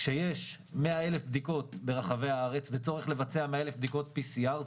כשיש 100,000 בדיקות ברחבי הארץ וצורך לבצע 100,000 בדיקות PCR,